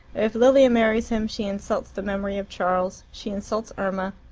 if lilia marries him she insults the memory of charles, she insults irma,